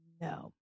no